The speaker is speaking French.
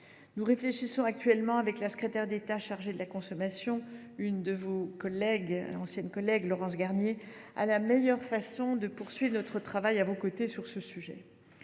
Nous réfléchissons actuellement avec la secrétaire d’État chargée de la consommation, l’une de vos anciennes collègues, Laurence Garnier, à la meilleure façon de poursuivre notre travail à vos côtés sur ce sujet.